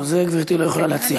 לא, את זה גברתי לא יכולה להציע.